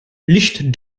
licht